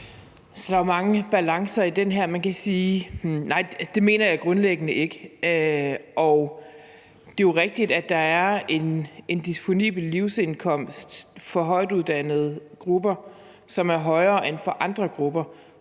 Der er jo mange balancer i det her. Men nej, det mener jeg grundlæggende ikke. Det er rigtigt, at der er en disponibel livsindkomst for højtuddannede grupper, som er højere end for andre grupper.